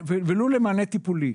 ולו למענה טיפולי,